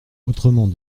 autrement